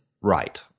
right